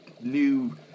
new